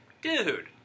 dude